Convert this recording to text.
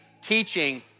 teaching